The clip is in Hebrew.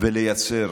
ולייצר